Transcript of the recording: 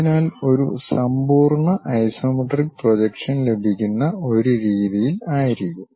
അതിനാൽ ഒരു സമ്പൂർണ്ണ ഐസോമെട്രിക് പ്രൊജക്ഷൻ ലഭിക്കുന്ന ഒരു രീതിയിൽ ആയിരിക്കും